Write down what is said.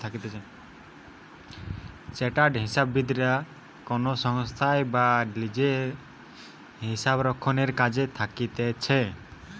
chartered হিসাববিদরা কোনো সংস্থায় বা লিজে হিসাবরক্ষণের কাজে থাকতিছে